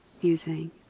using